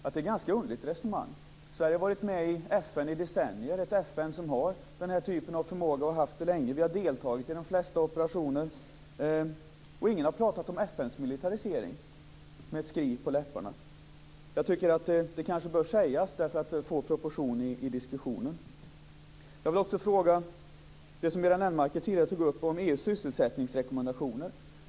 Det är ett ganska underligt resonemang. Sverige har varit med i FN i decennier, ett FN som har den här typen av förmåga och har haft den länge. Vi har deltagit i de flesta operationer. Ingen har pratat om FN:s militarisering med ett skri på läpparna. Jag tycker att det kanske bör sägas för att ge proportion i diskussionen. Göran Lennmarker tog tidigare upp frågan om EU:s sysselsättningsrekommendationer.